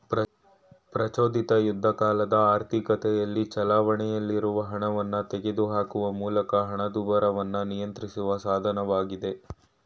ಪ್ರಚೋದಿತ ಯುದ್ಧಕಾಲದ ಆರ್ಥಿಕತೆಯಲ್ಲಿ ಚಲಾವಣೆಯಲ್ಲಿರುವ ಹಣವನ್ನ ತೆಗೆದುಹಾಕುವ ಮೂಲಕ ಹಣದುಬ್ಬರವನ್ನ ನಿಯಂತ್ರಿಸುವ ಸಾಧನವಾಗಿದೆ